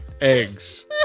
eggs